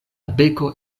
beko